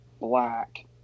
black